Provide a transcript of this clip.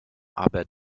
aber